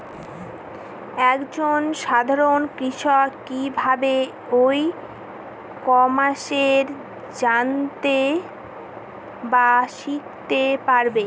এক জন সাধারন কৃষক কি ভাবে ই কমার্সে জানতে বা শিক্ষতে পারে?